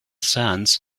sands